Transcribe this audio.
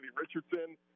Richardson